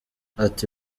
ati